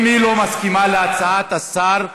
אם היא לא מסכימה להצעת השר,